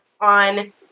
on